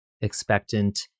expectant